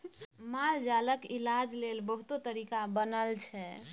मालजालक इलाज लेल बहुत तरीका बनल छै